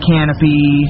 Canopy